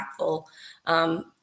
impactful